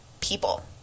people